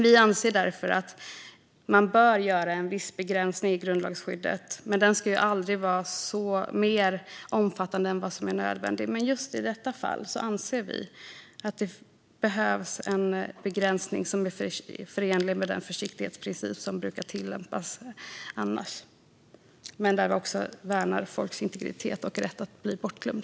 Vi anser därför att man bör göra en viss begränsning i grundlagsskyddet men att den aldrig får vara mer omfattande än nödvändigt. Just i detta fall behövs det dock en begränsning som är förenlig med den försiktighetsprincip som brukar tillämpas. Men vi värnar också folks integritet och rätten att bli bortglömd.